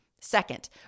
Second